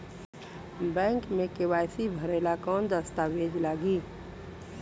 Bank मे KYC भरेला कवन दस्ता वेज लागी?